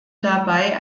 dabei